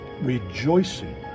rejoicing